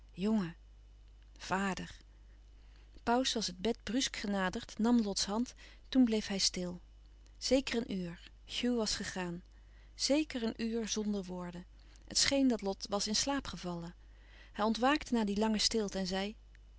jongen vader pauws was het bed brusk genaderd nam lots hand toen bleef hij stil zeker een uur hugh was gegaan zeker een uur zonder woorden het scheen dat lot was in slaap gevallen hij ontwaakte na die lange stilte en zei